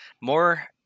More